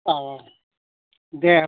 औ औ दे